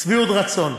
שביעות רצון,